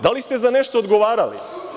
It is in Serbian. Da li ste za nešto odgovarali?